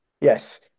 Yes